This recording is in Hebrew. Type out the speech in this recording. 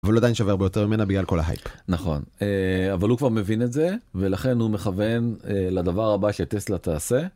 אבל הוא עדיין שווה הרבה יותר ממנה בגלל כל ההייפ. נכון, אבל הוא כבר מבין את זה, ולכן הוא מכוון לדבר הבא שטסלה תעשה.